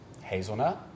hazelnut